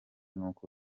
n’uko